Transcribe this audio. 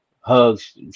hugs